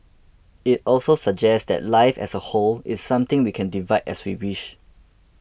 it also suggests that life as a whole is something we can divide as we wish